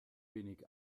wenig